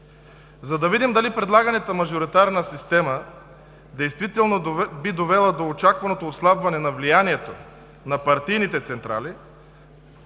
За да видим дали предлаганата мажоритарна система действително би довела до очакваното отслабване на влиянието на партийните централи,